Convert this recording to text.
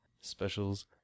specials